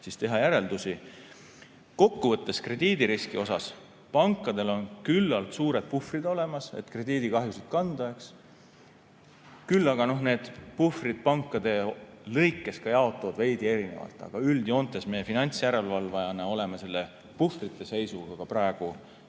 teha järeldusi. Kokku võttes: krediidiriski mõttes on pankadel küllaltki suured puhvrid olemas, et krediidikahjusid kanda. Küll aga need puhvrid pankades jaotuvad veidi erinevalt, aga üldjoontes meie finantsjärelevalvajana oleme selle puhvrite seisuga ka praegu